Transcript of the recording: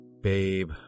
Babe